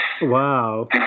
Wow